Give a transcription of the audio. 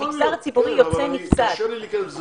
כן, אבל קשה לי להיכנס.